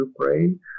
Ukraine